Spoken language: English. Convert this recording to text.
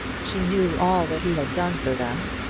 she knew all that he had done for them.